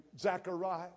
Zechariah